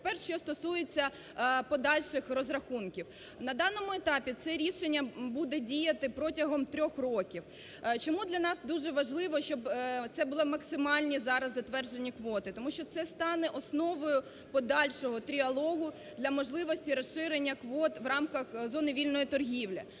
Тепер що стосується подальших розрахунків. На даному етапі це рішення буде діяти протягом трьох років. Чому для нас дуже важливо, щоб це були максимальні зараз затверджені квоти? Тому що це стане основою подальшого триалогу для можливості розширення квот в рамках зони вільної торгівлі.